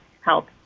help